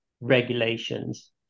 regulations